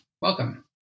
Welcome